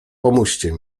pomóżcie